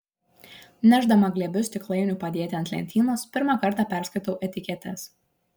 nešdama glėbius stiklainių padėti ant lentynos pirmą kartą perskaitau etiketes